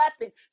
weapon